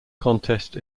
contest